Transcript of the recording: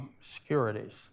securities